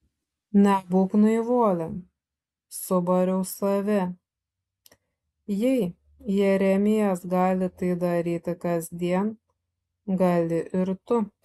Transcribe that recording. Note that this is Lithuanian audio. nebūk naivuolė subariau save jei jeremijas gali tai daryti kasdien gali ir tu